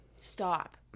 stop